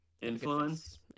influence